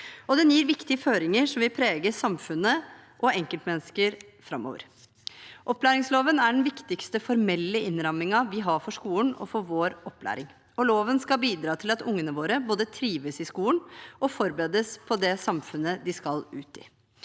Den gir viktige føringer som vil prege samfunnet og enkeltmennesker framover. Opplæringsloven er den viktigste formelle innrammingen vi har for skolen og opplæringen vår. Loven skal bidra til at ungene våre både trives i skolen og forberedes på det samfunnet de skal ut i.